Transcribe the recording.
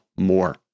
more